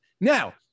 Now